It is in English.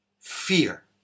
fear